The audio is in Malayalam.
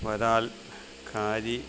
വരാൽ കാരി